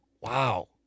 wow